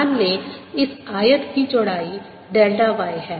मान लें इस आयत की चौड़ाई डेल्टा y है